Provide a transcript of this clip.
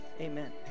amen